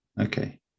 Okay